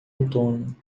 outono